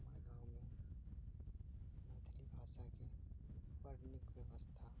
हमरा गाँवमे मैथिली भाषाके बड़ नीक व्यवस्था